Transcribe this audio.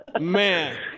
Man